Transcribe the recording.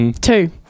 Two